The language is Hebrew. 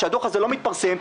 כשהדוח הזה לא מתפרסם,